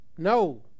No